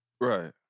Right